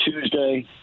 Tuesday